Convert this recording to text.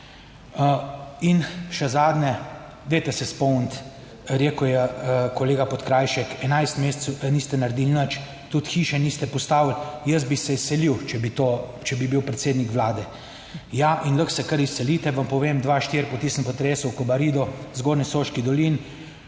In še zadnje, dajte se spomniti, rekel je kolega Podkrajšek, 11 mesecev niste naredili nič, tudi hiše niste postavili. Jaz bi se izselil, če bi bil predsednik Vlade. Ja, in lahko se kar izselite. Vam povem, 2004 po tistem potresu v Kobaridu, zgornji Soški dolini,